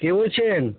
কে বলছেন